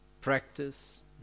Practice